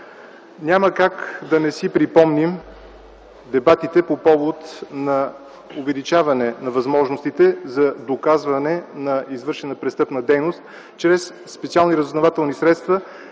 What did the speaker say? Няма как да не си припомним дебатите по повод увеличаване възможностите за доказване на извършване на престъпна дейност чрез специални разузнавателни средства,